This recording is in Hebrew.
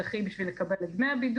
אמרתי